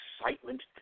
excitement